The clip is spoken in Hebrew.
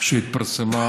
שהתפרסמה